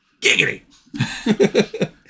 Giggity